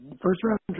First-round